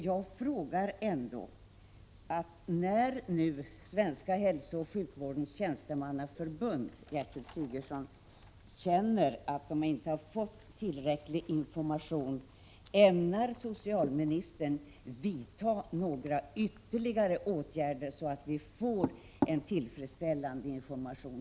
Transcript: Jag vill då fråga socialministern: När nu Svenska hälsooch sjukvårdens tjänstemannaförbund säger att vårdpersonalen inte fått tillräcklig information, ämnar socialministern vidta några ytterligare åtgärder för att alla berörda får tillfredsställande information?